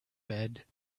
bed